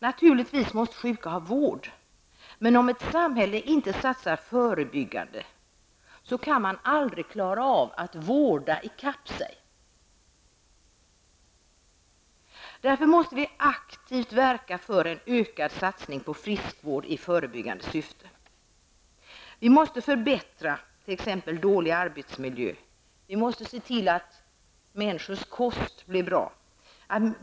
Naturligtvis måste de sjuka ha vård. Men om ett samhälle inte satsar förebyggande kan man aldrig klara av att vårda ikapp sig. Vi måste därför aktivt verka för en ökad satsning på friskvård i förebyggande syfte. Vi måste t.ex. förbättra dåliga arbetsmiljöer. Vi måste se till att människors kost blir bra.